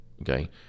okay